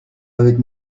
avec